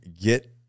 get